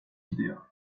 gidiyor